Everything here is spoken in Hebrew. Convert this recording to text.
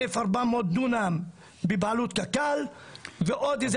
אלף ארבע מאות דונם בבעלות קק"ל ועוד איזה